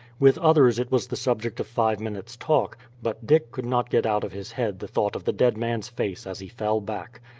with others it was the subject of five minutes' talk, but dick could not get out of his head the thought of the dead man's face as he fell back.